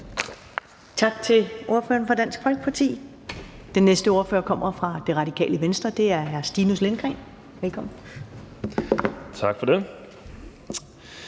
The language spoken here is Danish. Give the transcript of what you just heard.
Tak til ordføreren for Dansk Folkeparti. Den næste ordfører kommer fra Radikale Venstre. Det er hr. Stinus Lindgreen. Velkommen. Kl.